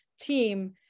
team